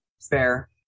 Fair